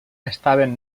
estaven